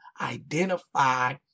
identify